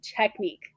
technique